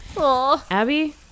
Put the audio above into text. Abby